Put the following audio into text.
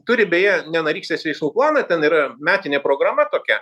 turi beje ne narystės veiksmų planą ten yra metinė programa tokia